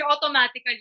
automatically